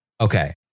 okay